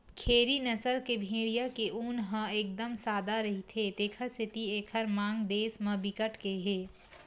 खेरी नसल के भेड़िया के ऊन ह एकदम सादा रहिथे तेखर सेती एकर मांग देस म बिकट के हे